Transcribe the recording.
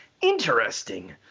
Interesting